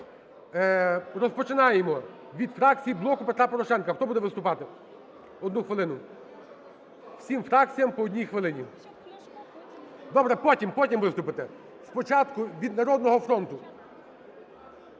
Розпочинаємо. Від фракції "Блоку Петра Порошенка". Хто буде виступати 1 хвилину? Всім фракціям по 1 хвилині. Добре, потім виступите. Спочатку від "Народного фронту".